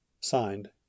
Signed